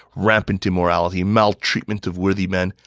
rampant immorality, maltreatment of worthy men,